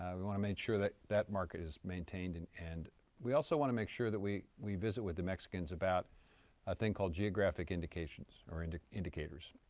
we want to make sure that that market is maintained. and and we also want to make sure that we we visit with the mexicans about a thing called geographic indications, or and indicators.